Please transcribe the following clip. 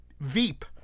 Veep